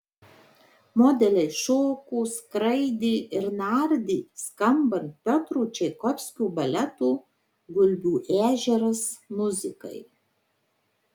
modeliai šoko skraidė ir nardė skambant piotro čaikovskio baleto gulbių ežeras muzikai